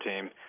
Team